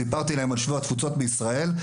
סיפרתי להם על שבוע התפוצות בישראל,